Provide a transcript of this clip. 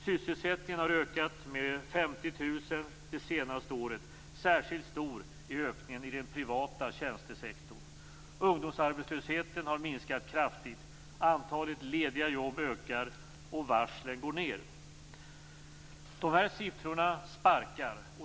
Sysselsättningen har ökat med 50 000 det senaste året. Särskilt stor är ökningen i den privata tjänstesektorn. Ungdomsarbetslösheten har minskat kraftigt. Antalet lediga jobb ökar och varslen går ned. De här siffrorna sparkar.